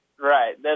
Right